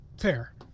fair